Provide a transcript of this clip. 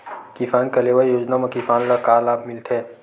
किसान कलेवा योजना म किसान ल का लाभ मिलथे?